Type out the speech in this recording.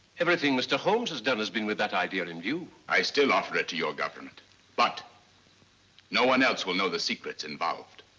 everything mr. holmes has done has been with that ideal in view. i still offer it to your government but no one else will know the secrets involved.